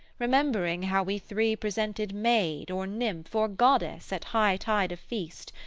remembering how we three presented maid or nymph, or goddess, at high tide of feast,